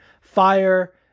fire